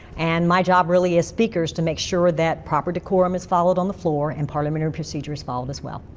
and my job really as speaker is to make sure that proper decorum is followed on the floor and parliamentary procedure is followed, as well.